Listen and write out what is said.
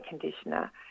conditioner